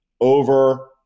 over